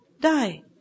die